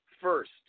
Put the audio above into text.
first